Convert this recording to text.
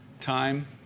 Time